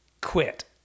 quit